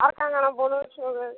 ଆଉ କାଣା କାଣା ବନଉଛ